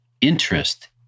interest